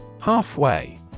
Halfway